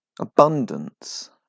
Abundance